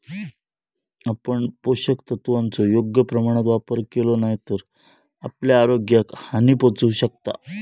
आपण पोषक तत्वांचो योग्य प्रमाणात वापर केलो नाय तर आपल्या आरोग्याक हानी पोहचू शकता